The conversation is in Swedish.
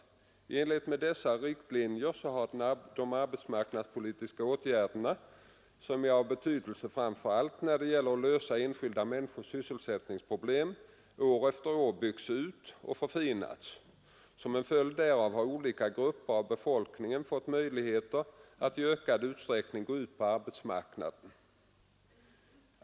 I enlighet med dessa riktlinjer har de arbetsmarknadspolitiska åtgärderna, som är av betydelse framför allt när det gäller att lösa enskilda människors sysselsättningsproblem, år för år byggts ut och förfinats. Som en följd härav har olika grupper av befolkningen fått möjlighet att i ökande utsträckning gå ut på arbetsmarknaden.